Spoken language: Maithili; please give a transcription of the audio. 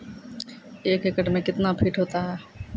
एक एकड मे कितना फीट होता हैं?